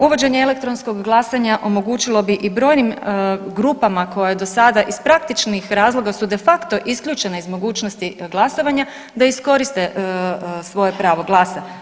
Uvođenje elektronskog glasanja omogućilo bi i brojnim grupama koje do sada iz praktičnih razloga su de facto isključene iz mogućnosti glasovanja da iskoriste svoje pravo glasa.